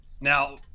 Now